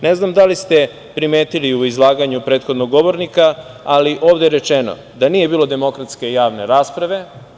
Ne znam da li ste primetili u izlaganju prethodnog govornika, ali ovde je rečeno da nije bilo demokratske javne rasprave.